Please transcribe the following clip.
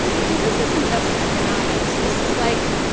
so this isn't just economics. this is, like,